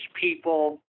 people